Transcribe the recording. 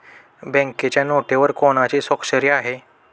बँकेच्या नोटेवर कोणाची स्वाक्षरी आहे?